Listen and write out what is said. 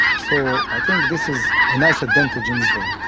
so i think this is a nice advantage in israel,